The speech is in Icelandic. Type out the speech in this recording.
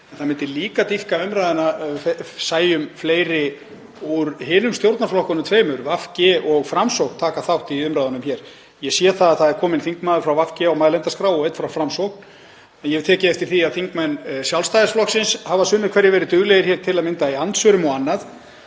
Það myndi líka dýpka umræðuna ef við sæjum fleiri úr hinum stjórnarflokkunum tveimur, VG og Framsókn, taka þátt í umræðunum hér. Ég sé að það er kominn þingmaður frá VG á mælendaskrá og einn frá Framsókn en ég hef tekið eftir því að þingmenn Sjálfstæðisflokksins hafa sumir hverjir verið duglegir hér, til að mynda í andsvörum og annað.